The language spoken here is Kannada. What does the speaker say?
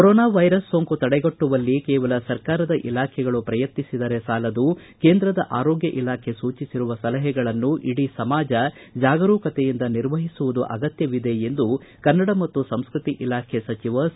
ಕೊರೋನಾ ವೈರಸ್ ಸೋಂಕು ತಡೆಗಟ್ಟುವಲ್ಲಿ ಕೇವಲ ಸರ್ಕಾರದ ಇಲಾಖೆಗಳು ಪ್ರಯತ್ನಿಸಿದರೆ ಸಾಲದು ಕೇಂದ್ರದ ಆರೋಗ್ತ ಇಲಾಖೆ ಸೂಚಿಸಿರುವ ಸಲಹೆಗಳನ್ನು ಇಡೀ ಸಮಾಜ ಜಾಗರೂಕತೆಯಿಂದ ನಿರ್ವಹಿಸುವುದು ಅತ್ಯಗತ್ತವಿದೆ ಎಂದು ಕನ್ನಡ ಮತ್ತು ಸಂಸ್ಕೃತಿ ಇಲಾಖೆ ಸಚಿವ ಸಿ